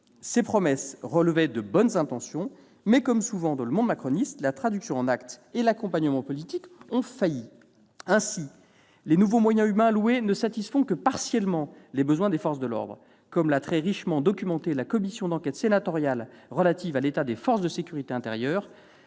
Ces promesses relevaient de bonnes intentions, mais, comme souvent dans le monde macroniste, la traduction en actes et l'accompagnement politique ont failli. Ainsi, les nouveaux moyens humains alloués ne satisfont que partiellement les besoins des forces de l'ordre. Comme l'a très richement documenté la commission d'enquête sénatoriale relative à l'état des forces de sécurité intérieure,